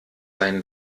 dein